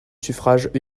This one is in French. suffrage